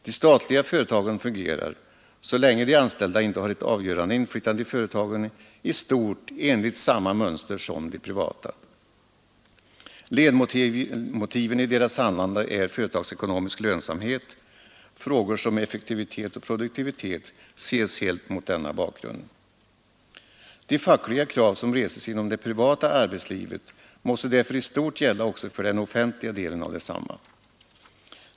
De statliga företagen fungerar, så länge de anställda inte har ett avgörande inflytande i företagen, i stort sett enligt samma mönster som de privata. Ledmotiven i deras handlande är företagsekonomisk lönsamhet. Frågor som effektivitet och produktivitet ses helt mot denna bakgrund. De fackliga krav som reses inom det privata arbetslivet måste därför i stort gälla också för den offentliga delen av detsamma.